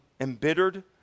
embittered